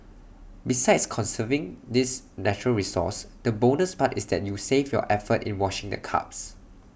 besides conserving this natural resource the bonus part is that you save your effort in washing the cups